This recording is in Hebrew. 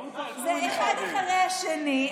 אחד אחרי השני,